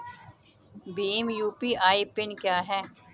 Bhim UPI PIN क्या है?